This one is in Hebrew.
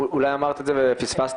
אולי אמרת את זה ופספסתי,